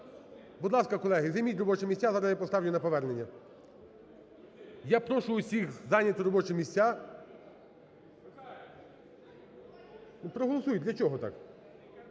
Будь ласка, колеги, займіть робочі місця, зараз я поставлю на повернення. Я прошу усіх зайняти робочі місця. Проголосуйте, для чого так?